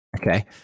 Okay